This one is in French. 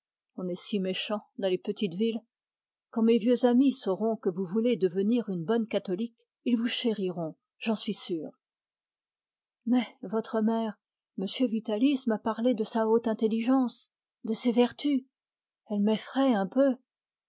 on est si méchant dans les petites villes quand ils sauront que vous voulez devenir une bonne catholique les courdimanche vous chériront j'en suis sûr mais votre mère m vitalis m'a parlé de sa haute intelligence de ses vertus elle m'effraie